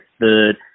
third